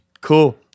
Cool